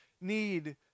need